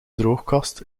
droogkast